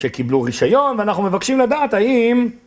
שקיבלו רישיון, ואנחנו מבקשים לדעת האם...